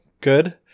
Good